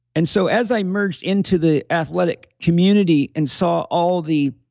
and so as i merged into the athletic community and saw all the,